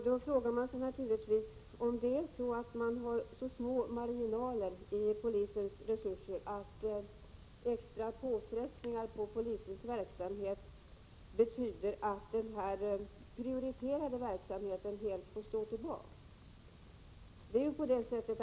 Då frågar man sig naturligtvis om det är så små marginaler i polisens resurser, att extra påfrestningar på polisens verksamhet betyder att den här prioriterade verksamheten helt får stå tillbaka.